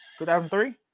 2003